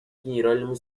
генеральному